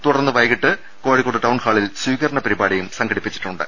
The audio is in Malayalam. തു ടർന്ന് വൈകീട്ട് കോഴിക്കോട് ടൌൺഹാളിൽ സ്വീകരണ പരിപാടിയും സംഘ ടിപ്പിച്ചിട്ടുണ്ട്